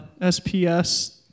SPS